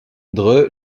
dre